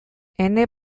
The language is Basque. ene